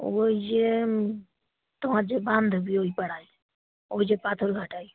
ওই যে তোমার যে বান্ধবী ওই পাড়ায় ওই যে পাথরঘাটায়